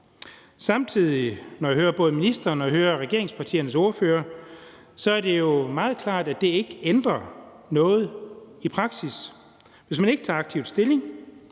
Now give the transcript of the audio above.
og når jeg hører både ministeren og regeringspartiernes ordførere, er det jo samtidig meget klart, at det ikke ændrer noget i praksis. Hvis man ikke tager aktivt stilling,